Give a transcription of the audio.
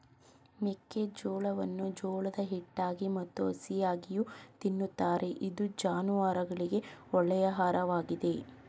ಮೆಕ್ಕೆಜೋಳವನ್ನು ಜೋಳದ ಹಿಟ್ಟಾಗಿ ಮತ್ತು ಹಸಿಯಾಗಿಯೂ ತಿನ್ನುತ್ತಾರೆ ಇದು ಜಾನುವಾರುಗಳಿಗೆ ಒಳ್ಳೆಯ ಆಹಾರವಾಗಿದೆ